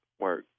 work